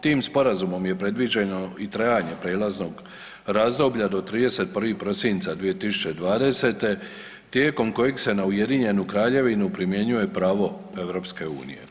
Tim sporazumom je predviđeno i trajanje prijelaznog razdoblja do 31. prosinca 2020. tijekom kojeg se na Ujedinjenu Kraljevinu primjenjuje pravo EU.